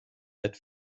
that